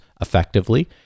effectively